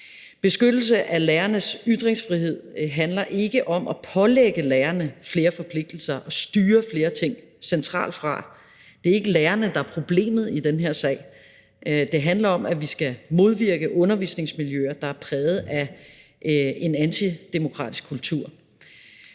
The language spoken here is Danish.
Beskyttelse af lærernes ytringsfrihed handler ikke om at pålægge lærerne flere forpligtelser og styre flere ting centralt fra. Det er ikke lærerne, der er problemet i den her sag. Det handler om, at vi skal modvirke undervisningsmiljøer, der er præget af en antidemokratisk kultur.